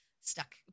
stuck